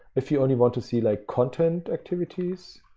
if you only want to see like content activities.